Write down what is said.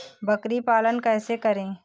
बकरी पालन कैसे करें?